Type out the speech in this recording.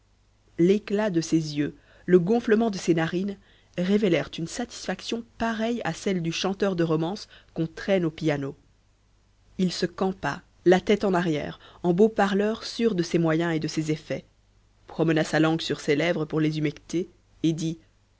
l'éclat de ses yeux le gonflement de ses narines révélèrent une satisfaction pareille à celle du chanteur de romances qu'on traîne au piano il se campa la tête en arrière en beau parleur sûr de ses moyens et de ses effets promena sa langue sur ses lèvres pour les humecter et dit